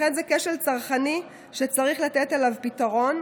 לכן זה כשל צרכני שצריך לתת לו פתרון,